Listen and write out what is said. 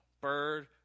bird